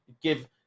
give